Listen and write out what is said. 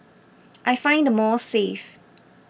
I find the malls safe